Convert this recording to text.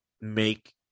make